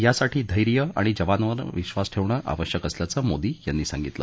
यासाठी धैर्य आणि जवानांवर विश्वास ठेवणे आवश्यक असल्याचे मोदी यांनी सांगितले